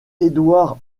édouard